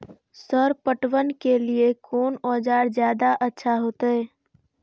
Sir पटवन के लीऐ कोन औजार ज्यादा अच्छा होते?